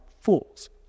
fools